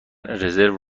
رزرو